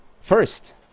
first